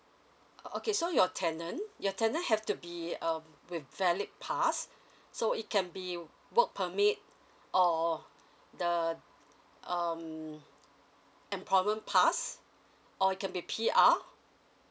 oh okay so your tenant your tenant have to be um with valid pass so it can be work permit or the um employment pass or you it can be P_R